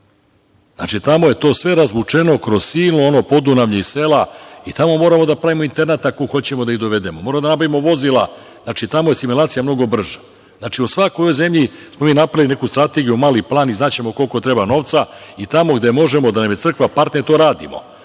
znači tamo je to sve razvučeno kroz silno ono podunavlje i sela, i tamo moramo da pravimo internat ako hoćemo da ih dovedemo, moramo da nabavimo vozila. Znači, tamo je asimilacija mnogo brža. U svakoj zemlji smo napravili neku strategiju, mali plan i znaćemo koliko treba novca i tamo gde možemo, gde nam je crkva partner, to radimo.